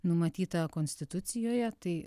numatyta konstitucijoje tai